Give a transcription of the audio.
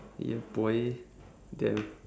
ya boy damn